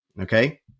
Okay